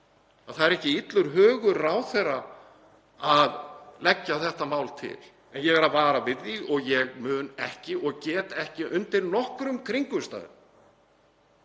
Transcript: það er ekki illur hugur ráðherra að leggja þetta mál til. En ég er að vara við því og ég mun ekki og get ekki undir nokkrum kringumstæðum